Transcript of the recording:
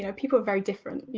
you know people are very different.